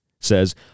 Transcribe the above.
says